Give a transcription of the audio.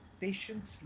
patients